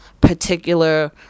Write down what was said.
particular